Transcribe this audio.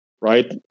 right